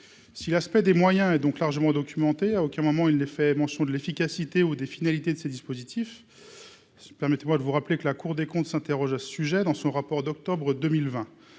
si l'aspect des moyens et donc largement documentée à aucun moment, il est fait mention de l'efficacité au des finalités de ce dispositif, permettez-moi de vous rappeler que la Cour des comptes s'interroge à ce sujet dans son rapport d'octobre 2020,